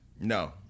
No